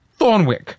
Thornwick